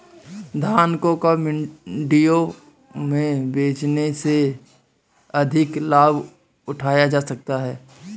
धान को कब मंडियों में बेचने से अधिक लाभ उठाया जा सकता है?